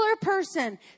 person